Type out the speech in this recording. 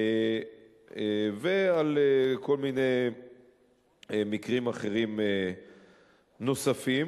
ובכל מיני מקרים אחרים נוספים.